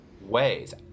ways